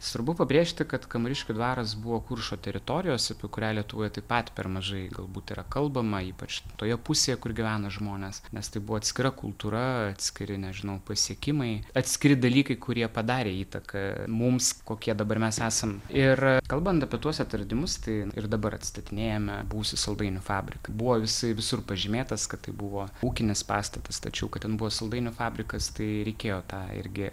svarbu pabrėžti kad kamariškių dvaras buvo kuršo teritorijos apie kurią lietuvoj taip pat per mažai galbūt yra kalbama ypač toje pusėje kur gyvena žmonės nes tai buvo atskira kultūra atskiri nežinau pasiekimai atskiri dalykai kurie padarė įtaką mums kokie dabar mes esam ir kalbant apie tuos atradimus tai ir dabar atstatinėjame buvusį saldainių fabriką buvo visaip visur pažymėtas kad tai buvo ūkinis pastatas tačiau kad ten buvo saldainių fabrikas tai reikėjo tą irgi